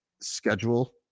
schedule